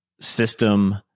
system